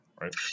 right